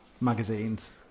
magazines